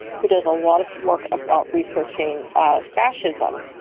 who does a lot of work about researching ah fascism.